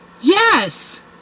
yes